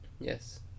Yes